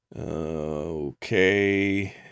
okay